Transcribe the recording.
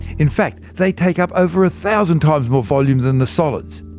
in fact, they take up over a thousand times more volume than the solids.